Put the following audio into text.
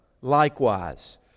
likewise